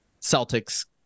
Celtics